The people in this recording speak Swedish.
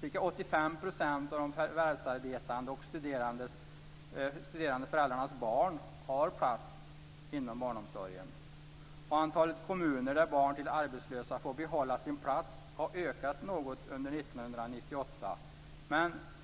Ca 85 % av de förvärvsarbetande och studerande föräldrarnas barn har plats inom barnomsorgen. Antalet kommuner där barn till arbetslösa får behålla sin plats har ökat något under 1998.